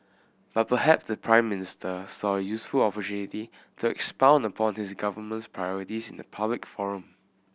but perhaps the Prime Minister saw a useful opportunity to expound upon his government's priorities in a public forum